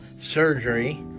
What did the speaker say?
surgery